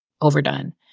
overdone